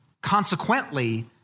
consequently